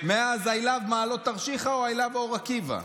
מאז I love מעלות תרשיחא אוI love אור עקיבא.